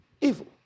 Evil